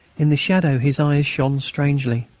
in the shadow his eyes shone strangely.